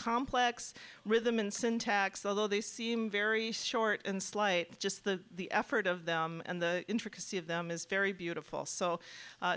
complex rhythm and syntax although they seem very short and slight just the the effort of them and the intricacy of them is very beautiful so